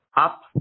up